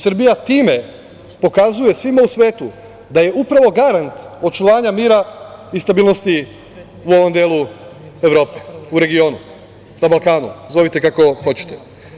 Srbija time pokazuje svima u svetu da je upravo garant očuvanja mira i stabilnosti u ovom delu Evrope, u regionu, na Balkanu, zovite kako hoćete.